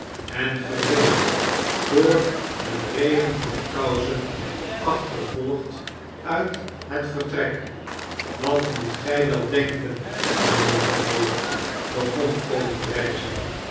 en verdween door een regen van kousen achtervolgd uit het vertrek wat moet gy wel denken mynheer vendale begon